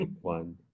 one